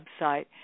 website